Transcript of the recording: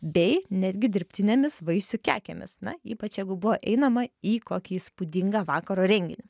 bei netgi dirbtinėmis vaisių kekėmis na ypač jeigu buvo einama į kokį įspūdingą vakaro renginį